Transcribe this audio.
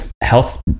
health